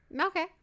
Okay